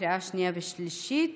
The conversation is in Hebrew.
לקריאה שנייה וקריאה שלישית.